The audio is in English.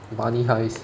money heist